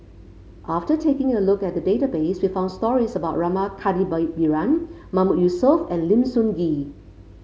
after taking a look at the database we found stories about Rama Mahmood Yusof and Lim Sun Gee